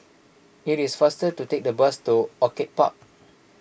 it is faster to take the bus to Orchid Park